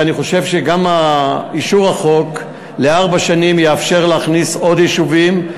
ואני חושב שאישור החוק לארבע שנים יאפשר להכניס עוד יישובים,